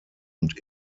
und